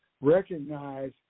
recognize